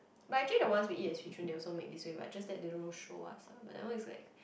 but actually the ones we eat at swee choon they also make this way but just that they don't show us lah but that one is like